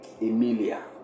Emilia